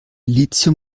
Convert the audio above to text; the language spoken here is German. lithium